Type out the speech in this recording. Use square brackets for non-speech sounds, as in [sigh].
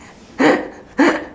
[laughs]